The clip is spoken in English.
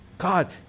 God